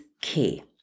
key